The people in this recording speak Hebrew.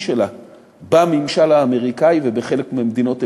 שלה בממשל האמריקני ובחלק ממדינות אירופה,